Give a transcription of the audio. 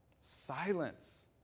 Silence